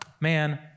man